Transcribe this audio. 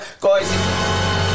guys